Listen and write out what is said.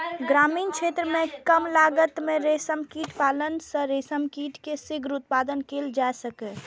ग्रामीण क्षेत्र मे कम लागत मे रेशम कीट पालन सं रेशम कीट के शीघ्र उत्पादन कैल जा सकैए